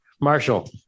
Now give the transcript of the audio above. Marshall